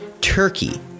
Turkey